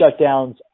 shutdowns